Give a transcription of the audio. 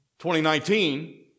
2019